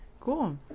cool